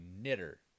knitter